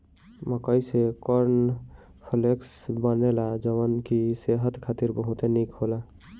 मकई से corn flakes बनेला जवन की सेहत खातिर बहुते निक होला